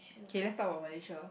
okay let's talk about Malaysia